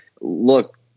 look